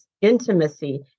intimacy